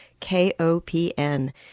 KOPN